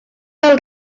del